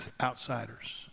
outsiders